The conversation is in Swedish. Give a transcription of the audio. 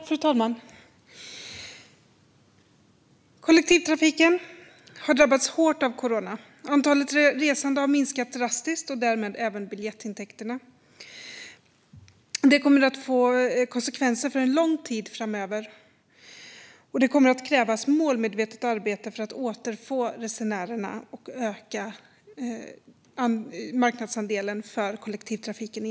Fru talman! Kollektivtrafiken har drabbats hårt av corona. Antalet resande har minskat drastiskt och därmed även biljettintäkterna. Det kommer att få konsekvenser under lång tid framöver, och det kommer att krävas målmedvetet arbete för att återfå resenärerna och öka marknadsandelen för kollektivtrafiken.